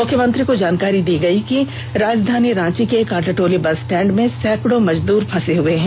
मुख्यमंत्री को जानकारी दी गई कि राजधानी रांची के कांटाटोली बस स्टैंड में सैकड़ों मजदूर फंसे हुए हैं